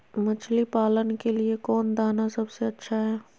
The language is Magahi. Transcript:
मछली पालन के लिए कौन दाना सबसे अच्छा है?